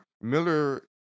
Miller